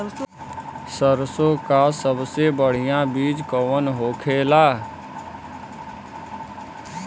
सरसों का सबसे बढ़ियां बीज कवन होखेला?